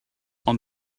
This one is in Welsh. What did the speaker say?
ond